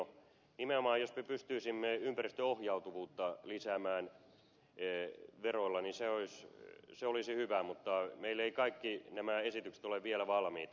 nimenomaan jos pystyisimme ympäristöohjautuvuutta lisäämään veroilla niin se olisi hyvä mutta meillä eivät kaikki nämä esitykset ole vielä valmiita